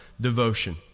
devotion